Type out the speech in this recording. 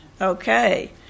Okay